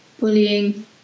bullying